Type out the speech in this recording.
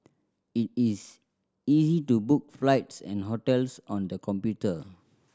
it is easy to book flights and hotels on the computer